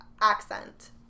accent